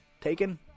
taken